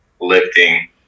lifting